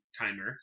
timer